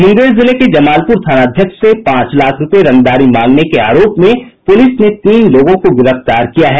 मुंगेर जिले के जिले के जमालपुर थानाध्यक्ष से पांच लाख रुपये रंगदारी मांगने के आरोप में पुलिस ने तीन लोगों को गिरफ्तार किया है